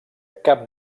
cap